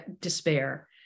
despair